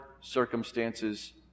circumstances